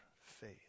faith